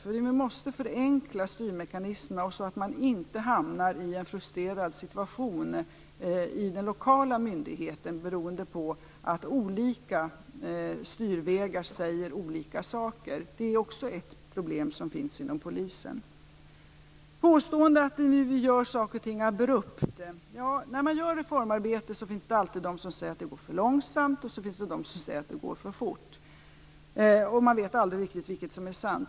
Vi måste nämligen förenkla styrmekanismerna, så att man inte hamnar i en situation av frustration i den lokala myndigheten, beroende på att det sägs olika saker genom olika styrvägar. Det är ett problem som finns inom polisen. Det påstås att vi gör saker och ting abrupt. När man gör ett reformarbete finns det alltid de som säger att det går för långsamt, och det finns de som säger att det går för fort. Man vet aldrig riktigt vad som är sant.